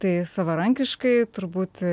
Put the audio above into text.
tai savarankiškai turbūt